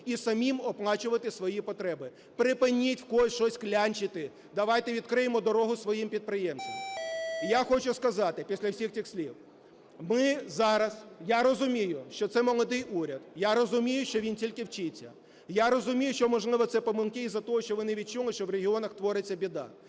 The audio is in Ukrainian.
і самим оплачувати свої потреби. Припиніть в когось щось клянчити, давайте відкриємо дорогу своїм підприємцям. Я хочу сказати після всіх цих слів, ми зараз, я розумію, що це молодий уряд, я розумію, що він тільки вчиться, я розумію, що, можливо, це помилки із-за того, що вони відчули, що в регіонах твориться біда.